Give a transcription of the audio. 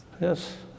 Yes